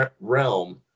realm